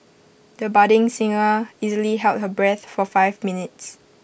the budding singer easily held her breath for five minutes